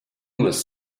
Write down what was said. was